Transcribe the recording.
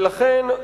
ולכן,